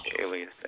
alias